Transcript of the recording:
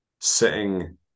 sitting